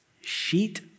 Sheet